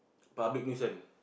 public nuisance